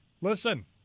Listen